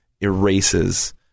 erases